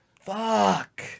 Fuck